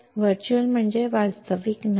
virtual म्हणजे वास्तविक नाही